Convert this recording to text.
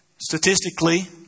statistically